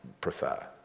prefer